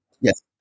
Yes